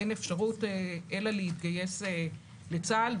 אין אפשרות אלא להתגייס לצה"ל.